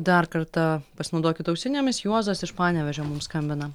dar kartą pasinaudokit ausinėmis juozas iš panevėžio mums skambina